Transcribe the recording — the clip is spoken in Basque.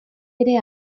ere